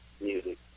music